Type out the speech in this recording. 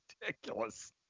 ridiculous